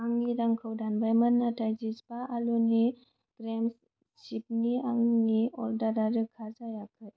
आंनि रांखौ दानबायमोन नाथाय चिजपा आलुनि गेस्रेम चिप्सनि आंनि अर्डारा रोखा जायाखै